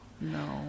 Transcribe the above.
No